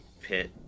pit